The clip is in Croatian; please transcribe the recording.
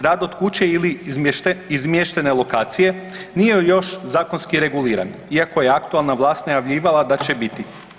Rad od kuće ili izmještene lokacije nije još zakonski reguliran, iako je aktualna vlast najavljivala da će biti.